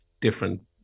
different